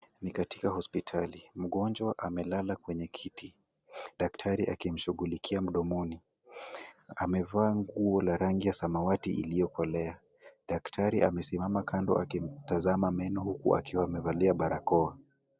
Ni katika hospitali. Mgonjwa amelala kwenye kiti daktari akimshughulikia mdomoni. Amevaa nguo la rangi ya samawati iliyo kolea. Daktari amesimama kando yake akitazama meno huku akiwa amevalia barakoa.